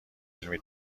علمی